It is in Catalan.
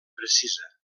precisa